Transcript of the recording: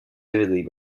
vividly